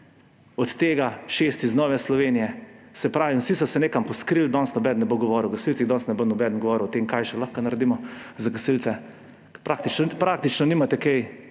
od tega šest iz Nove Slovenije. Se pravi, vsi so se nekam poskrili, danes nobeden ne bo govoril o gasilcih, danes ne bo nobeden govoril o tem, kaj še lahko naredimo za gasilce. Praktično nimate